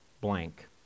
blank